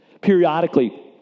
Periodically